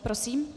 Prosím.